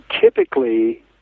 Typically